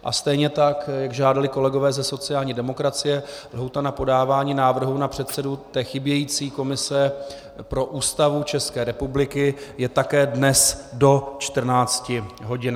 A stejně tak žádali kolegové ze sociální demokracie, lhůta na podávání návrhů na předsedu té chybějící komise pro Ústavu České republiky je také dnes do 14 hodin.